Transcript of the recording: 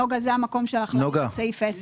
נגה, זה המקום להעיר לסעיף 10. סעיף 10